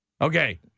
Okay